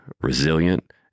resilient